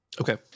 Okay